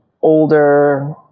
older